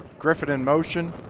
griffin in motion.